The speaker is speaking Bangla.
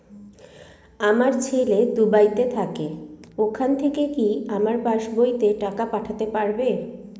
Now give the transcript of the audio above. আমার ছেলে দুবাইতে থাকে ওখান থেকে কি আমার পাসবইতে টাকা পাঠাতে পারবে?